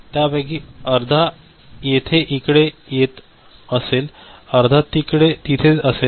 त्यापैकी अर्धा येथे इकडे असेल अर्धा तिथे असेल